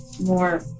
more